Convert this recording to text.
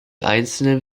einzelnen